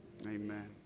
Amen